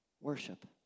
worship